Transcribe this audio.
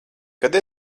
kad